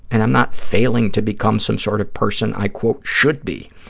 and i'm not failing to become some sort of person i, quote, should be.